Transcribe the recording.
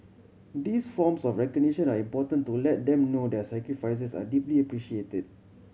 these forms of recognition are important to let them know their sacrifices are deeply appreciated